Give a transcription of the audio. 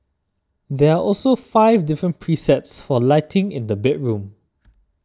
there are also five different presets for lighting in the bedroom